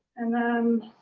and then